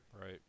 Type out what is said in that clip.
Right